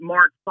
Mark